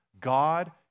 God